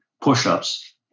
push-ups